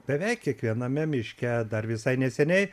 beveik kiekviename miške dar visai neseniai